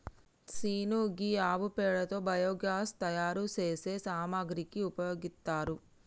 scene గీ ఆవు పేడతో బయోగ్యాస్ తయారు సేసే సామాగ్రికి ఉపయోగిత్తారు